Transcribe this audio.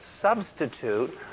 substitute